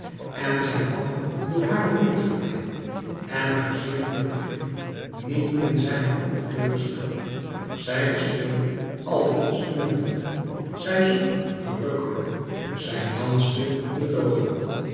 en zij had hem door hare leerzaamheid en haar zeer vlug begrip niet in zijne hoop teleurgesteld zij bespeelde alle instrumenten zij zong verrukkelijk zij danste betooverend